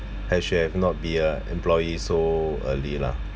I should have not be a employee so early lah